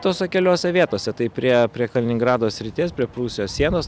tose keliose vietose tai prie prie kaliningrado srities prie prūsijos sienos